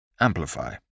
Amplify